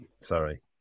sorry